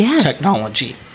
technology